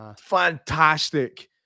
fantastic